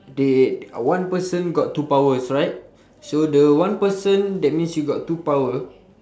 they one person got two powers right so the one person that means you got two power